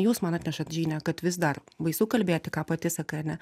jūs man atnešat žinią kad vis dar baisu kalbėti ką pati sakai ane